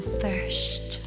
thirst